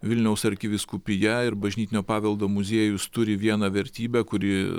vilniaus arkivyskupija ir bažnytinio paveldo muziejus turi vieną vertybę kuri